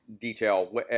detail